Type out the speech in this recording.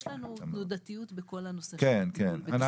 יש לנו תנודתיות בכל הנושא של הטיפול בתביעות.